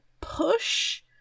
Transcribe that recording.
push